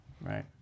Right